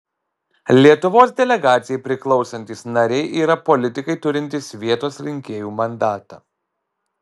lietuvos delegacijai priklausantys nariai yra politikai turintys vietos rinkėjų mandatą